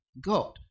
God